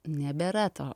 nebėra to